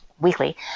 weekly